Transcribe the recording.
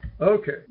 Okay